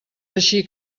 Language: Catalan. així